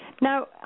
Now